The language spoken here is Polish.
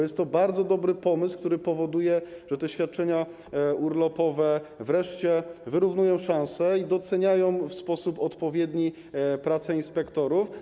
Jest to bardzo dobry pomysł, który powoduje, że te świadczenia urlopowe wreszcie wyrównują szanse, ze docenia się w sposób odpowiedni pracę inspektorów.